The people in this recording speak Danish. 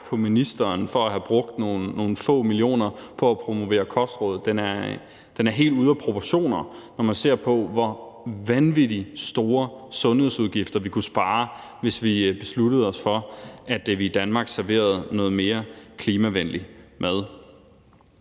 på ministeren, fordi der er blevet brugt nogle få millioner på at promovere kostråd, er helt ude af proportioner, når man ser på, hvor vanvittig store sundhedsudgifter vi kunne spare, hvis vi besluttede os for, at vi i Danmark serverede noget mere klimavenlig mad.